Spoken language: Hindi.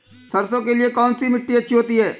सरसो के लिए कौन सी मिट्टी अच्छी होती है?